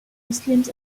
muslims